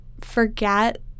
forget